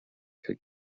could